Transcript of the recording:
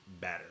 better